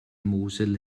mosel